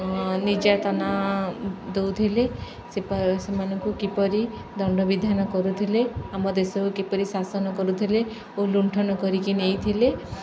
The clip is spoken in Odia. ନିର୍ଯାତନା ଦଉଥିଲେ ସେ ସେମାନଙ୍କୁ କିପରି ଦଣ୍ଡ ବିଧାନ କରୁଥିଲେ ଆମ ଦେଶକୁ କିପରି ଶାସନ କରୁଥିଲେ ଓ ଲୁଣ୍ଠନ କରିକି ନେଇଥିଲେ